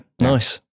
Nice